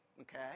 Okay